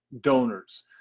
donors